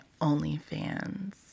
OnlyFans